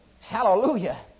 Hallelujah